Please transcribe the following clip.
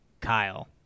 Kyle